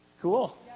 Cool